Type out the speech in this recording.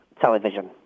television